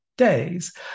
days